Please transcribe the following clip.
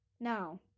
Now